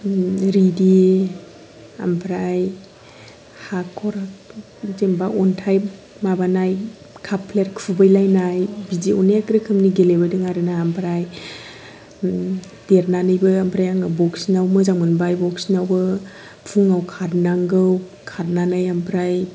रिदि ओमफ्राय हाखर जेन'बा अनथाइ माबानाय काप प्लेट खुबैलायनाय बिदि गोबां रोखोमनि गेलेबोदों आरोना ओमफ्राय देरनानैबो बक्सिं आव मोजां मोनबाय बक्सिं आवबो फुंआव खारनांगौ खारनानै ओमफ्राय